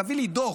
תביא לי דוח.